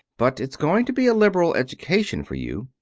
but it's going to be a liberal education for you.